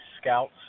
scouts